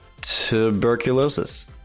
Tuberculosis